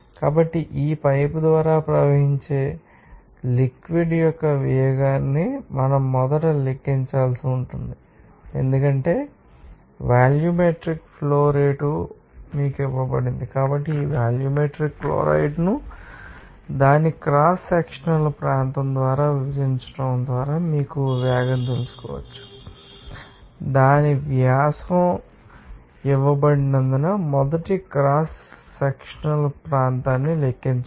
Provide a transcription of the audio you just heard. కాబట్టి ఈ పైపు ద్వారా ప్రవహించే లిక్విడ్ ం యొక్క వేగాన్ని మనం మొదట లెక్కించవలసి ఉంటుంది ఎందుకంటే వాల్యూమెట్రిక్ ఫ్లో రేటు మీకు ఇవ్వబడింది కాబట్టి వాల్యూమిట్రిక్ క్లోరైడ్ను దాని క్రాస్ సెక్షనల్ ప్రాంతం ద్వారా విభజించడం ద్వారా మీకు వేగం తెలుసుకోవచ్చు దాని వ్యాసం ఇవ్వబడినందున మొదటి క్రాస్ సెక్షనల్ ప్రాంతాన్ని లెక్కించండి